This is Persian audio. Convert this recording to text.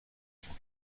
میکنه